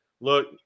look